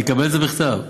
יקבל את זה בכתב.